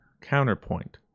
counterpoint